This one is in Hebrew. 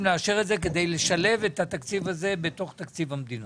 לאשר את זה כדי לשלב את התקציב הזה בתוך תקציב המדינה.